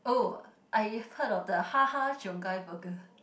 oh I have heard of the Ha Ha-Cheong-Gai burger